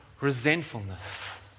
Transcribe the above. resentfulness